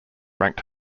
ranked